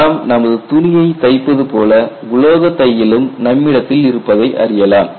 நாம் நமது துணியைத் தைப்பது போல உலோகத் தையலும் நம்மிடத்தில் இருப்பதை அறியலாம்